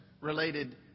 related